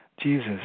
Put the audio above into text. Jesus